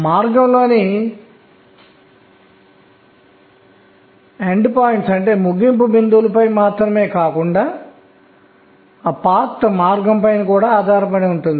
మరియు n l ఒకేలా ఉంటే ముందుగా దిగువ n నింపబడుతుంది